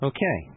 Okay